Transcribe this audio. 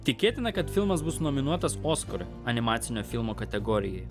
tikėtina kad filmas bus nominuotas oskarui animacinio filmo kategorijoj